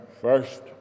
first